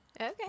Okay